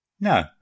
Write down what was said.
No